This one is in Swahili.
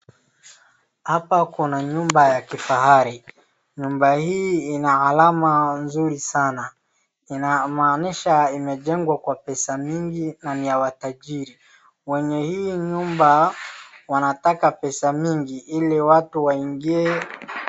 Hapa kuna nyumba ya kifahari. Nyumba hii ina alama nzuri sana inamaanisha imejengwa kwa pesa mingi na ni ya watajiri. Wenye hii nyumba wanataka pesa mingi ili watu waingie.